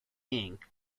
inc